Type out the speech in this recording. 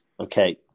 Okay